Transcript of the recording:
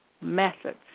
methods